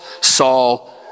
Saul